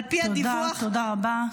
על פי הדיווח -- תודה, תודה רבה.